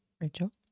Rachel